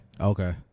Okay